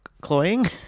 cloying